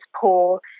poor